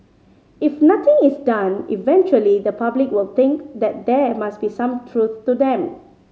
if nothing is done eventually the public will think that there must be some truth to them